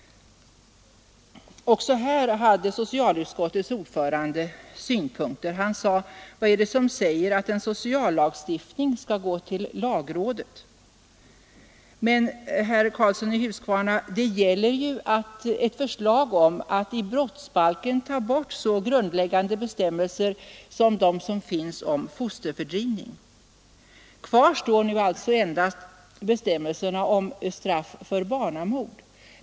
Också här hade socialutskottets ordförande synpunkter. Han frågade: Vad är det som säger att en sociallagstiftning skall gå till lagrådet? Men, herr Karlsson i Huskvarna, det gäller ju ett förslag om att i brottsbalken ta bort så grundläggande bestämmelser som den som finns om fosterfördrivning. Kvar står nu endast bestämmelserna om straff för barnamord.